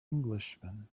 englishman